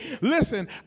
listen